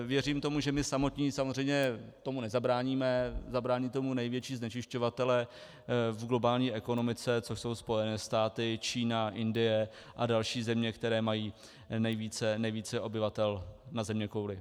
Věřím tomu, že my samotní samozřejmě tomu nezabráníme, zabrání tomu největší znečišťovatelé v globální ekonomice, což jsou Spojené státy, Čína, Indie a další země, které mají nejvíce obyvatel na zeměkouli.